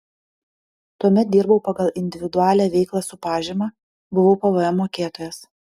tuomet dirbau pagal individualią veiklą su pažyma buvau pvm mokėtojas